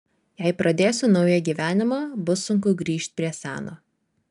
jei pradėsiu naują gyvenimą bus sunku grįžt prie seno